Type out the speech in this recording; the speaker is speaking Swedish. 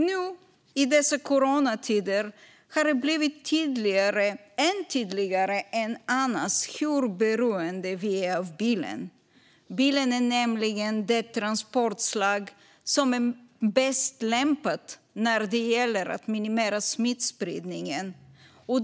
Nu, i dessa coronatider, har det blivit tydligare än annars hur beroende vi är av bilen. Bilen är nämligen det transportslag som är bäst lämpat när det gäller att minimera smittspridningen.